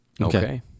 okay